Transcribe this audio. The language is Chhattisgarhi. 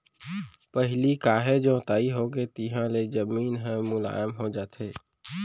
पहिली काहे जोताई होगे तिहाँ ले जमीन ह मुलायम हो जाथे